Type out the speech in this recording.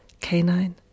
canine